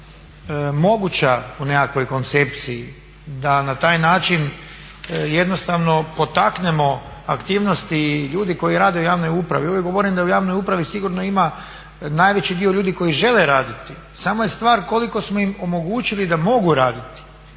moguća u nekakvoj koncepciji da na taj način jednostavno potaknemo aktivnosti i ljudi koji rade u javnoj upravi. Uvijek govorim da u javnoj upravi sigurno ima najveći dio ljudi koji žele raditi samo je stvar koliko smo im omogućili da mogu raditi.